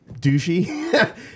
douchey